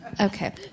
Okay